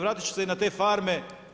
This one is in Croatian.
Vratit ću se i na te farme.